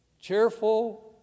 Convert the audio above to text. cheerful